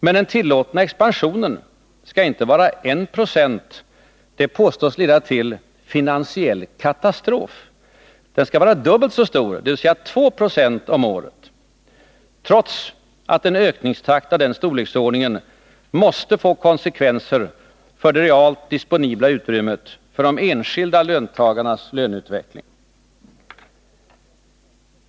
Men den tillåtna expansionen skall inte vara 1 90 — det påstås leda till finansiell katastrof — utan dubbelt så stor, dvs. 2 96 om året, trots att en ökningstakt av den storleksordningen måste få konsekvenser för det realt disponibla utrymmet för de enskilda löntagarnas löneutveckling.